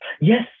Yes